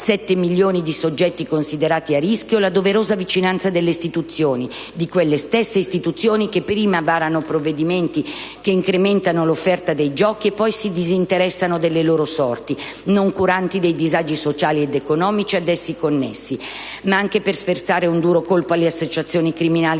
7 milioni di soggetti considerati a rischio) la doverosa vicinanza delle istituzioni, di quelle stesse istituzioni che prima varano provvedimenti che incrementano l'offerta dei giochi e poi si disinteressano delle loro sorti, noncuranti dei disagi sociali ed economici ad essi connessi; ma anche per sferzare un duro colpo alle associazioni criminali